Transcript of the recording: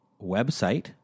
website